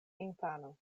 infano